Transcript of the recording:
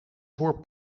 voor